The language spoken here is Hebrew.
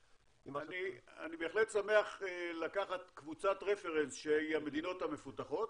אני בהחלט שמח לקחת קבוצת רפרנס שהיא המדינות המפותחות,